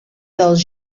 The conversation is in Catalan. dels